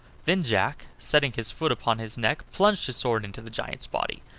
then jack, setting his foot upon his neck, plunged his sword into the giant's body,